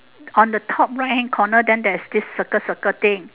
on the top right hand corner then there is this circle circle thing